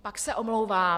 Pak se omlouvám.